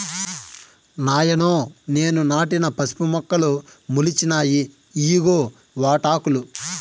నాయనో నేను నాటిన పసుపు మొక్కలు మొలిచినాయి ఇయ్యిగో వాటాకులు